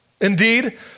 Indeed